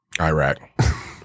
Iraq